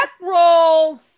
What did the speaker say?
rolls